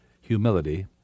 humility